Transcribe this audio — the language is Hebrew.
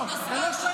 ואתה תהיה הצד המפסיד.